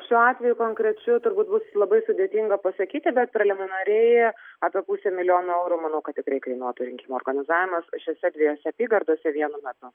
šiuo atveju konkrečiu turbūt bus labai sudėtinga pasakyti bet preliminariai apie pusę milijono eurų manau kad tikrai kainuotų rinkimų organizavimas šiose dviejose apygardose vienu metu